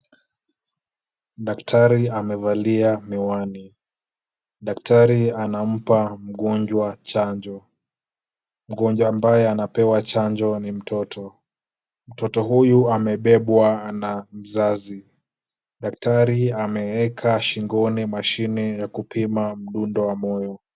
Daktari amevalia miwani, daktari anampa mgonjwa chanjo, mgonjwa ambaye anapewa chanjo ni mtoto, mtoto huyu amebebwa na mzazi. Daktari ameeka shingoni mashine ya kupima mdundo wa moyo.